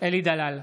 אלי דלל,